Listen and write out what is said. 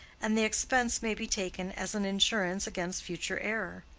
and the expense may be taken as an insurance against future error.